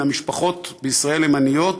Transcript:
מן המשפחות בישראל הן עניות,